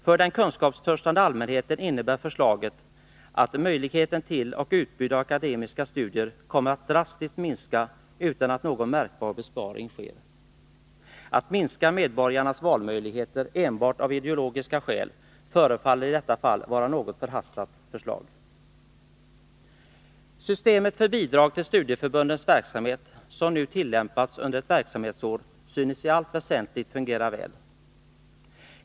För den kunskapstörstande allmänheten innebär förslaget att möjligheten till och utbudet av akademiska studier kommer att drastiskt minska utan att någon märkbar besparing sker. Att minska medborgarnas valmöjligheter enbart av ideologiska skäl förefaller i detta fall vara ett något förhastat förslag. Systemet för bidrag till studieförbundens verksamhet, som nu tillämpats under ett verksamhetsår, synes i allt väsentligt fungera väl.